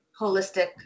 holistic